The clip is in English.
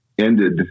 ended